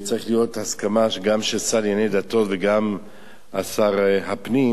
צריכה להיות הסכמה גם של שר הדתות וגם של שר הפנים.